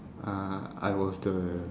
uh I was the